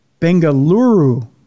bengaluru